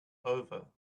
over